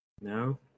No